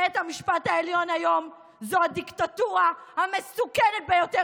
בית המשפט העליון היום זו הדיקטטורה המסוכנת ביותר